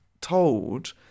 told